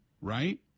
Right